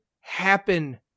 happen